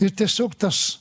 ir tiesiog tas